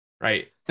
right